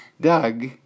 Doug